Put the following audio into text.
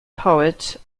poet